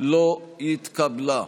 לא התקבלה.